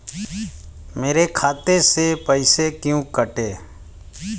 मेरे खाते से पैसे क्यों कटे?